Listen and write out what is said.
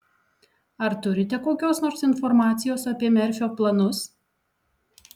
ar turite kokios nors informacijos apie merfio planus